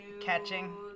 catching